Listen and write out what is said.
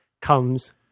comes